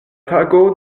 tago